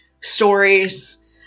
stories